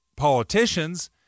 Politicians